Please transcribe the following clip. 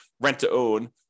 rent-to-own